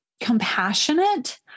compassionate